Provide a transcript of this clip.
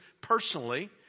personally